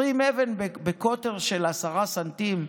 הרים אבן בקוטר של 10 ס"מ,